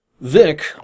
Vic